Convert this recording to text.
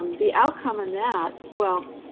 um the outcome in that well,